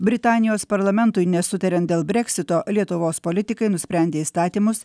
britanijos parlamentui nesutariant dėl breksito lietuvos politikai nusprendė įstatymus